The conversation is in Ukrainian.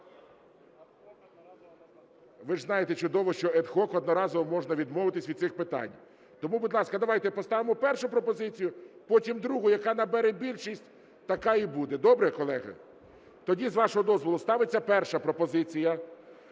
Ви ж знаєте чудово, що ad hoc одноразово можна відмовитися від цих питань. Тому, будь ласка, давайте поставимо першу пропозицію, потім – другу. Яка набере більшість, така й буде. Добре, колеги? Тоді, з вашого дозволу, ставиться перша пропозиція: